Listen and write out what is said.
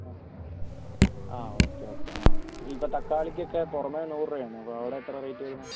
ആ ആ okay okay ആ ഇനി ഇപ്പോൾ തക്കാളിക്കൊക്കെ പുറമേ നൂറ് രൂപയാണ് അവിടെ എത്രയാണ് റേറ്റ് വരുന്നത്